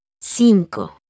Cinco